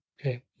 Okay